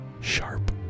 sharp